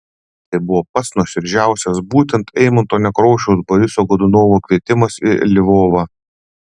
tai buvo pats nuoširdžiausias būtent eimunto nekrošiaus boriso godunovo kvietimas į lvovą